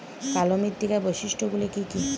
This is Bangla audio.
কালো মৃত্তিকার বৈশিষ্ট্য গুলি কি কি?